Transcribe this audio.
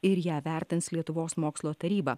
ir ją vertins lietuvos mokslo taryba